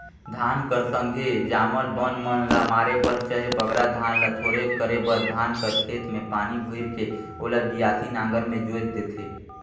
धान कर संघे जामल बन मन ल मारे बर चहे बगरा धान ल थोरहे करे बर धान कर खेत मे पानी भइर के ओला बियासी नांगर मे जोएत देथे